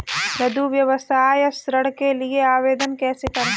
लघु व्यवसाय ऋण के लिए आवेदन कैसे करें?